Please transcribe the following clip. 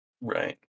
Right